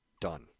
done